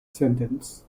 sentence